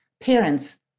parents